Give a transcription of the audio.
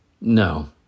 No